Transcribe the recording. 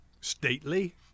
Stately